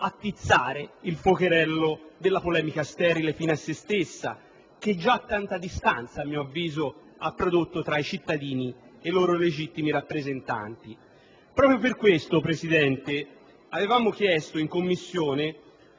attizzare il fuocherello della polemica sterile e fine a se stessa, che già tanta distanza a mio avviso ha prodotto tra i cittadini ed i loro legittimi rappresentanti. Proprio per questo, signor Presidente, avevamo chiesto in Commissione